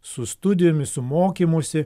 su studijomis su mokymosi